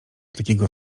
takiego